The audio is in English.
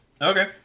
Okay